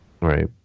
right